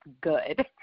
good